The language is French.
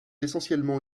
essentiellement